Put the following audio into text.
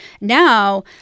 Now